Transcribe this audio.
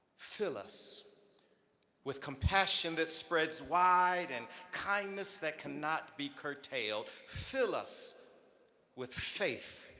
fill us with compassion that spreads wide and kindness that cannot be curtailed. fill us with faith